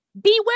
beware